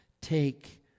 take